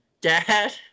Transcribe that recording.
dad